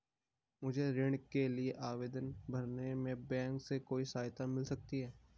मुझे ऋण के लिए आवेदन भरने में बैंक से कोई सहायता मिल सकती है?